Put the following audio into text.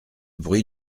bruit